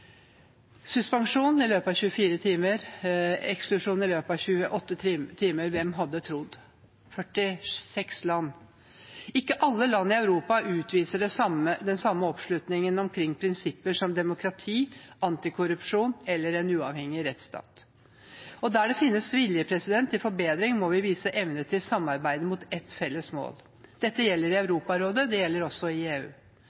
Suspensjon i løpet av 24 timer, eksklusjon i løpet av 28 timer – hvem hadde trodd det? 46 land sto bak. Ikke alle land i Europa utviser den samme oppslutningen omkring prinsipper som demokrati, antikorrupsjon eller en uavhengig rettsstat. Der det finnes vilje til forbedring, må vi vise evne til å samarbeide mot ett felles mål. Dette gjelder i Europarådet, og det gjelder i EU.